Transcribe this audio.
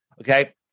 Okay